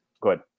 good